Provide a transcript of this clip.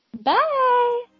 Bye